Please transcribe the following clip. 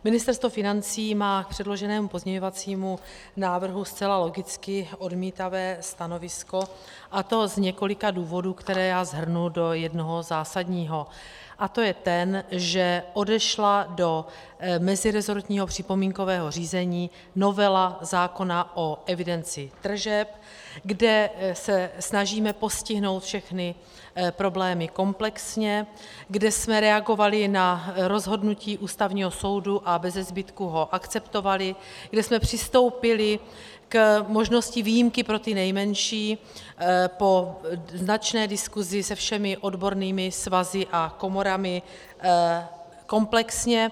Ministerstvo financí má k předloženému pozměňovacímu návrhu zcela logicky odmítavé stanovisko, a to z několika důvodů, které shrnu do jednoho zásadního, a to je ten, že odešla do meziresortního připomínkového řízení novela zákona o evidenci tržeb, kde se snažíme postihnout všechny problémy komplexně, kde jsme reagovali na rozhodnutí Ústavního soudu a bezezbytku ho akceptovali, kde jsme přistoupili k možnosti výjimky pro ty nejmenší po značné diskusi se všemi odbornými svazy a komorami komplexně.